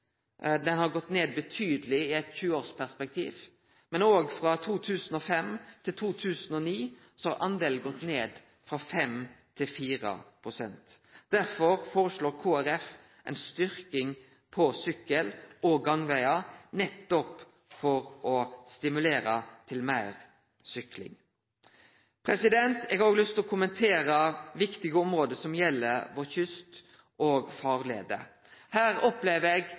har gått ned betydeleg i eit 20-årsperspektiv, men òg frå 2005 til 2009 har delen gått ned frå 5 pst. til 4 pst. Derfor foreslår Kristeleg Folkeparti ei styrking av sykkel- og gangvegar nettopp for å stimulere til meir sykling. Eg har òg lyst til å kommentere viktige område som gjeld vår kyst og våre farleier. Her opplever eg